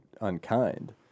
unkind